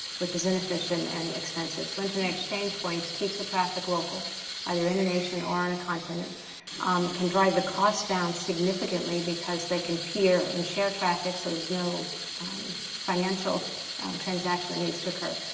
which is inefficient and expensive. so internet exchange points keeps the traffic local either in a nation or in a continent. it um can drive the costs down significantly because they can peer and share traffic so there's no financial transaction that needs to occur.